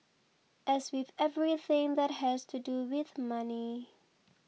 as with everything that has to do with money